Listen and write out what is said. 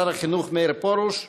מאיר פרוש.